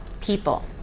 people